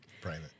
Private